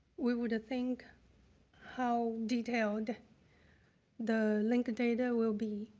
we would think how detailed the link data will be.